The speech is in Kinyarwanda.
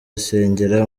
asengera